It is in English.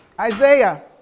Isaiah